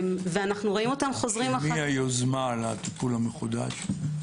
של מי היוזמה לטיפול המחודש?